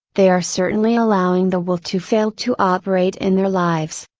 they are certainly allowing the will to fail to operate in their lives.